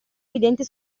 evidente